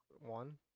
one